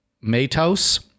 Matos